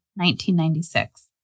1996